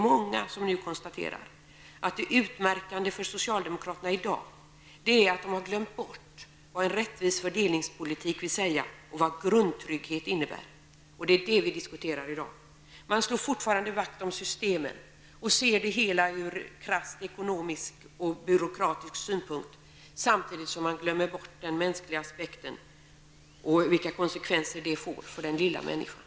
Många konstaterar nu att det utmärkande för socialdemokraterna i dag är att de har glömt bort vad en rättvis fördelningspolitik vill säga och vad grundtrygghet innebär. Det är vad vi diskuterar i dag. Man slår fortfarande vakt om systemen och ser det hela ur krasst ekonomisk och byråkratisk synpunkt, samtidigt som man glömmer bort den mänskliga aspekten och konsekvenserna för den lilla människan.